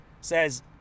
says